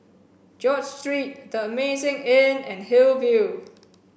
George Street The Amazing Inn and Hillview